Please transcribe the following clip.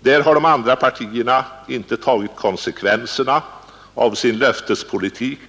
Där har de andra partierna inte tagit konsekvenserna av sin löftespolitik